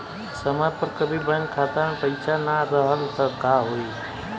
समय पर कभी बैंक खाता मे पईसा ना रहल त का होई?